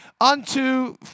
unto